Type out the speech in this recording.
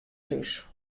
thús